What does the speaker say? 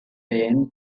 wayne